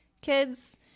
kids